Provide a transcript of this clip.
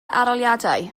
arholiadau